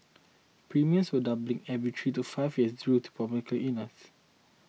premiums were doubling every three to five years through illnesses